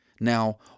Now